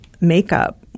makeup